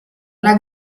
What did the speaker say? una